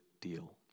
deal